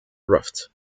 raft